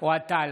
אוהד טל,